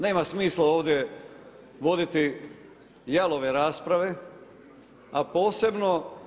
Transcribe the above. Nema smisla ovdje voditi jalove rasprave a posebno…